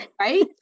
right